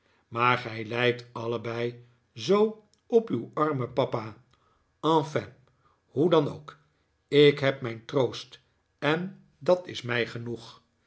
maar gij lijkt allebei zoo op uw armen papa enfin hoe dan ook ik heb mijn troost en dat is mij genoeg